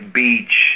beach